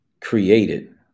Created